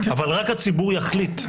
אבל רק הציבור יחליט.